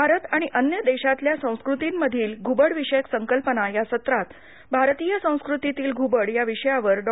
भारत आणि अन्य देशातील संस्कृतीमधील घुबडविषयक संकल्पना या सत्रात भारतीय संस्कृतीतील घ्रबड या विषयावर डॉ